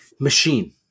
machine